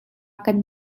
kan